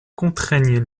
contraignent